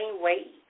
weight